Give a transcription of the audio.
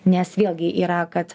nes vėlgi yra kad